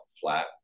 flat